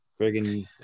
friggin